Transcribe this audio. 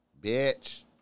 bitch